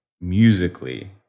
musically